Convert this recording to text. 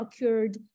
occurred